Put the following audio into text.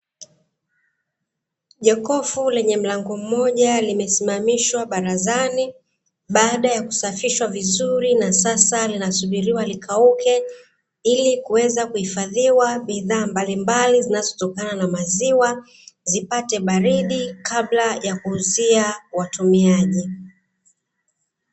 Jokofu lenye mlango mmoja limesimamishwa barazani, baada ya kusafishwa vizuri na sasa linasubiriwa likauke, ili kuweza kuhifadhiwa bidhaa mbalimbali zitokanazo na maziwa, zipate baridi kabla ya kuuzia watumiaji.